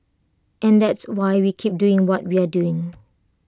and that's why we keep doing what we're doing